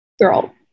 girl